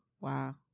Wow